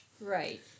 Right